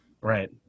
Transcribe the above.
Right